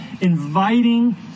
inviting